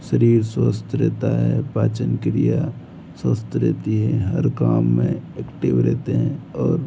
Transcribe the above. शरीर स्वस्थ रहता है पाचन क्रिया स्वस्थ रहती है हर काम में एक्टिव रहते हैं और